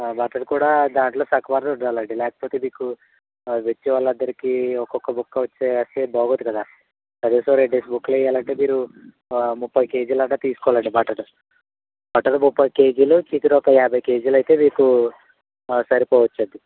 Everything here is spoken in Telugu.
మటన్ కూడా దానిలో తక్కువ అన్న ఉండాలండి లేకపోతే మీకు వెజ్ వాళ్ళందరికీ ఒక్కొక్క ముక్క వస్తే బాగుండదు కదా కనీసం రెండేసి ముక్కలు వెయ్యాలంటే మీరు ముప్పై కేజీలు అన్నా తీసుకోవాలండి మటను మటను ముప్పై కేజీలు చికెన్ ఒక యాభై కేజీలు అయితే మీకు బాగా సరిపోవచ్చండి